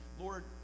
Lord